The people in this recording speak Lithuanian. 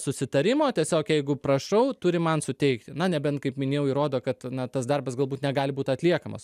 susitarimo tiesiog jeigu prašau turi man suteikti na nebent kaip minėjau įrodo kad na tas darbas galbūt negali būt atliekamas